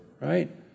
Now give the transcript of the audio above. right